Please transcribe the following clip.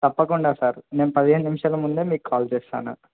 తప్పకుండా సార్ నేను పదిహేను నిమిషాల ముందే మీకు కాల్ చేస్తాను